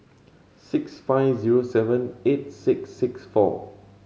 six five zero seven eight six six four